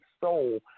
soul